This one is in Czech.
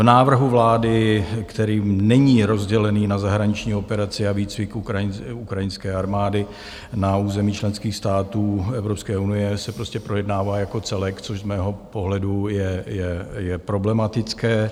V návrhu vlády, který není rozdělený na zahraniční operaci a výcvik ukrajinské armády na území členských států Evropské unie, se prostě projednává jako celek, což z mého pohledu je problematické.